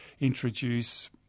introduce